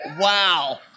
Wow